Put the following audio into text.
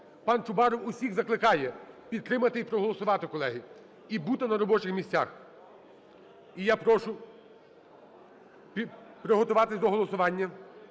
Пан Чубаров всіх закликає підтримати і проголосувати, колеги, і бути на робочих місцях. Я прошу приготуватись до голосування.